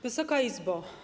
Wysoka Izbo!